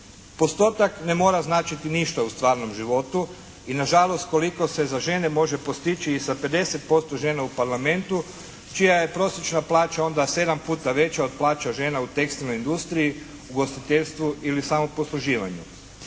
Postotak ne mora značiti ništa u stvarnom životu i nažalost koliko se za žene može postići i sa 50% žena u Parlamentu čija je prosječna plaća onda 7 puta veća od plaća žena u tekstilnoj industriji, ugostiteljstvu ili samoposluživanju.